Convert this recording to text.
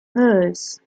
hers